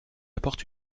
apporte